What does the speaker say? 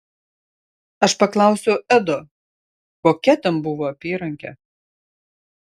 aš paklausiau edo kokia ten buvo apyrankė